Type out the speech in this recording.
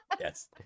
Yes